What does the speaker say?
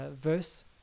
verse